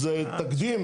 זה תקדים'?